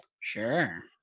Sure